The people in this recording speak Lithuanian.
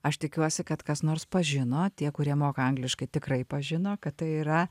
aš tikiuosi kad kas nors pažino tie kurie moka angliškai tikrai pažino kad tai yra